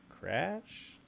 crash